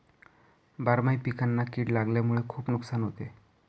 बारामाही पिकांना कीड लागल्यामुळे खुप नुकसान होते